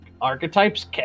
archetypes